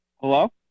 Hello